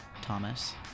Thomas